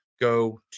go